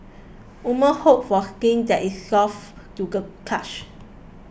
women hope for skin that is soft to the touch